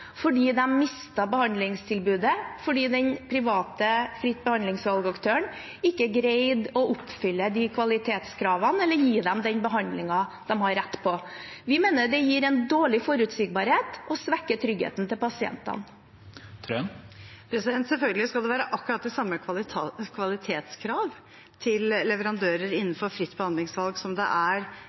De mistet behandlingstilbudet fordi den private fritt behandlingsvalg-aktøren ikke greide å oppfylle kvalitetskravene eller gi dem den behandlingen de hadde rett på. Vi mener det gir dårlig forutsigbarhet og svekker tryggheten til pasientene. Tone Wilhelmsen Trøen – til oppfølgingsspørsmål. Selvfølgelig skal det være akkurat samme kvalitetskrav til leverandører innenfor fritt behandlingsvalg som det er